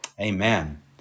amen